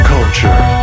Culture